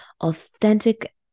authentic